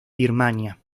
birmania